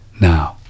now